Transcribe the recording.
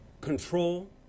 control